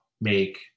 make